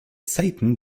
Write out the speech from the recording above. satan